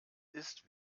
ist